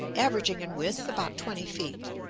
averaging in width about twenty feet.